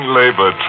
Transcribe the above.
labor